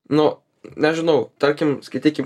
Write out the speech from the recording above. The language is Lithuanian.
nu nežinau tarkim skaitykim